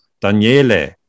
Daniele